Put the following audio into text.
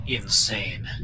insane